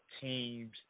teams